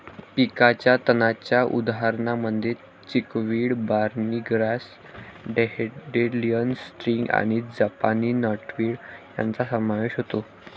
पिकाच्या तणांच्या उदाहरणांमध्ये chickweed, barny grass, dandelion, striga आणि जपानी नॉटवीड यांचा समावेश होतो